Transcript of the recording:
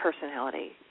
personality